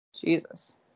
Jesus